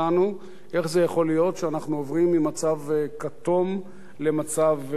איך זה יכול להיות שאנחנו עוברים ממצב כתום למצב צהוב,